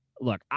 Look